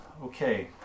Okay